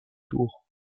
tour